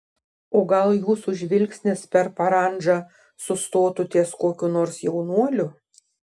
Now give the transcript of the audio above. o gal jūsų žvilgsnis per parandžą sustotų ties kokiu nors jaunuoliu